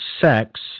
sex